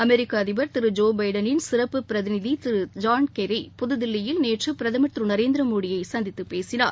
அமெரிக்க அதிபர் திரு ஜோ பைடனின் சிறப்பு பிரதிநிதி திரு ஜான் கெர்ரி புதுதில்லியில் நேற்று பிரதமர் திரு நரேந்திர மோடியை சந்தித்துப் பேசினார்